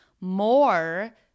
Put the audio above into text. more